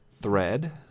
thread